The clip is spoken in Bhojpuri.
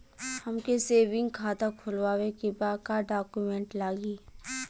हमके सेविंग खाता खोलवावे के बा का डॉक्यूमेंट लागी?